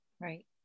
Right